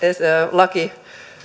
laki